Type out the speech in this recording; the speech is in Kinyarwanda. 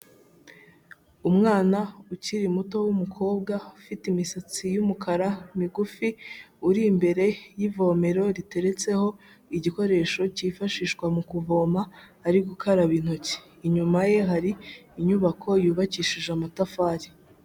Umwana ukiri muto w'umukobwa ufite imisatsi y'umukara migufi uri imbere y'ivomero riteretseho igikoresho cyifashishwa mu kuvoma ari gukaraba intoki, inyuma ye hari inyubako yubakishije amatafari.